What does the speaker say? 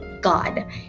God